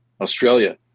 Australia